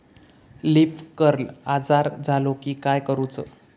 Leaf curl आजार झालो की काय करूच?